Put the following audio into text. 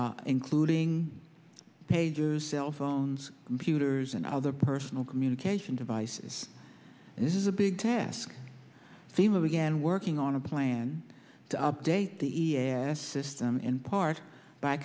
owns including pagers cell phones computers and other personal communication devices and this is a big task fema began working on a plan to update the e s system in part by